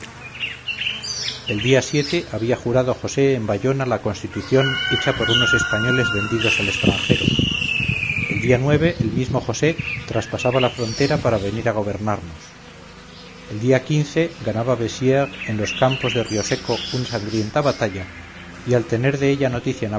el día había jurado josé en bayona la constitución hecha por unos españoles vendidos al extranjero el día el mismo josé traspasaba la frontera para venir a gobernarnos el día ganaba bessires en los campos de rioseco una sangrienta batalla y al tener de ella noticia